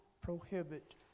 prohibit